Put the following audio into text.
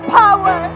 power